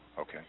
okay